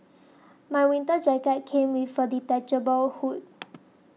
my winter jacket came with a detachable hood